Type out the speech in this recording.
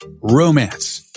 romance